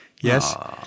Yes